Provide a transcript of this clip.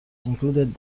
included